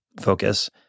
Focus